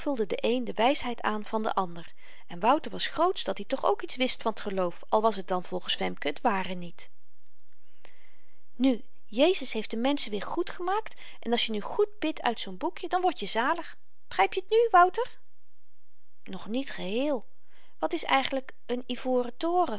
de een de wysheid aan van den ander en wouter was grootsch dat-i toch ook iets wist van t geloof al was het dan volgens femke t ware niet nu jezus heeft de menschen weêr goed gemaakt en als je nu goed bidt uit zoo'n boekje dan word je zalig begryp je t nu wouter nog niet geheel wat is eigenlyk een ivoren toren